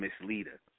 misleader